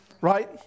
Right